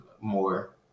more